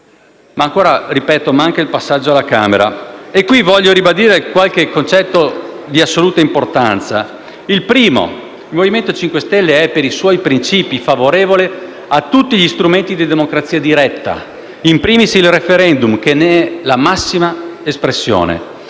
lo ripeto, manca il passaggio alla Camera e qui voglio ribadire qualche concetto d'assoluta importanza. Il primo è che il Movimento cinque Stelle è, per i suoi principi, favorevole a tutti gli strumenti di democrazia diretta, *in primis* il *referendum*, che ne è la massima espressione.